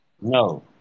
No